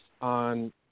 on